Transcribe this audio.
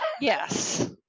Yes